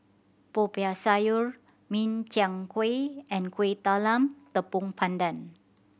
Popiah Sayur Min Chiang Kueh and Kueh Talam Tepong Pandan